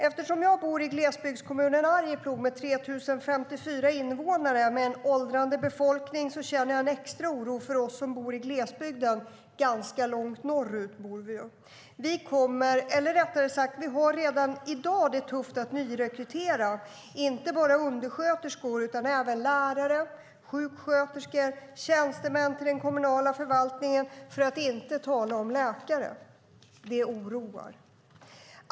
Eftersom jag bor i glesbygdskommunen Arjeplog med 3 054 invånare och en åldrande befolkning känner jag en extra oro för oss som bor glesbygden ganska långt norrut. Vi kommer att få, eller vi har rättare sagt redan i dag det tufft att nyrekrytera. Det gäller inte bara undersköterskor utan även lärare, sjuksköterskor och tjänstemän till den kommunala förvaltningen, för att inte tala om läkare. Det oroar.